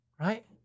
right